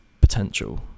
potential